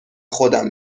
خودم